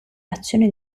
azione